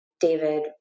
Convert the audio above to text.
David